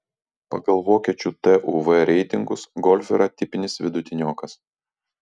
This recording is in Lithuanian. pagal vokiečių tuv reitingus golf yra tipinis vidutiniokas